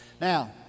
Now